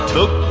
Took